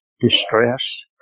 distress